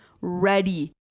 ready